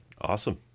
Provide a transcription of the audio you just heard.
Awesome